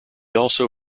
also